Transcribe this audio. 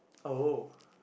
oh